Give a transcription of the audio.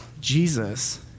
Jesus